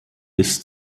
bis